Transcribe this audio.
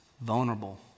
vulnerable